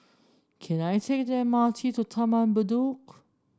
can I take the M R T to Taman Bedok